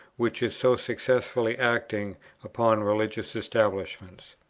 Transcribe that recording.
which is so successfully acting upon religious establishments.